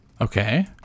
Okay